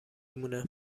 مونه